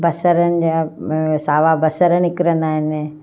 बसरनि जा सावा बसर निकिरंदा आहिनि